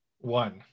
one